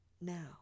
now